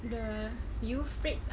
the euphrates ah